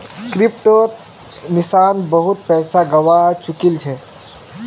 क्रिप्टोत निशांत बहुत पैसा गवा चुकील छ